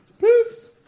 Peace